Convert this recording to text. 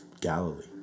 Galilee